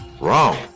Wrong